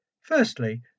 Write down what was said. Firstly